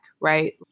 right